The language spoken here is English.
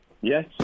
Yes